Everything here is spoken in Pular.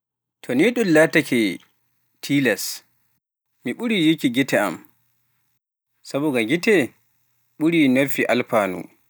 To ni ɗum laatake tiilas, mi ɓurii yikki gite am, sabu nga gite ɓuri nappi alfaanu.